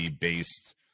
based